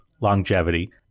longevity